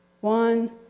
one